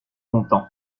content